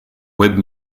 web